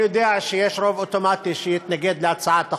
אני יודע שיש רוב אוטומטי שיתנגד להצעת החוק,